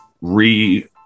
re